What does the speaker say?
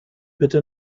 bitte